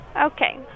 Okay